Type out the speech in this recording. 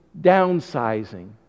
downsizing